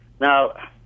Now